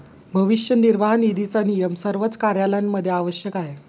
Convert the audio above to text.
भविष्य निर्वाह निधीचा नियम सर्वच कार्यालयांमध्ये आवश्यक आहे